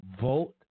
vote